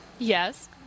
Yes